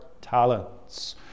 talents